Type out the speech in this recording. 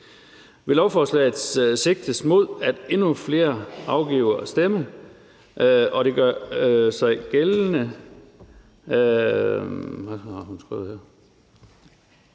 Med lovforslaget sigtes der mod, at endnu flere afgiver deres stemme. Det gør sig gældende